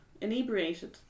inebriated